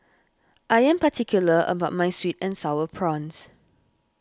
I am particular about my Sweet and Sour Prawns